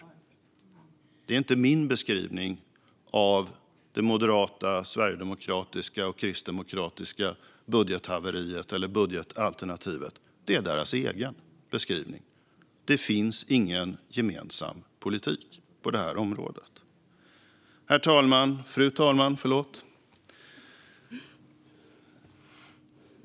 Detta är inte min beskrivning av det moderata, sverigedemokratiska och kristdemokratiska budgethaveriet eller budgetalternativet, utan det är deras egen beskrivning. De har ingen gemensam politik på det här området. Fru talman!